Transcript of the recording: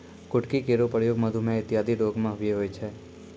कुटकी केरो प्रयोग मधुमेह इत्यादि रोग म भी होय छै